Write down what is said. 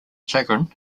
chagrin